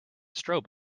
strobe